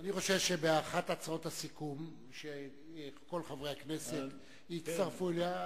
אני חושב שבאחת מהצעות הסיכום שכל חברי הכנסת יצטרפו אליה,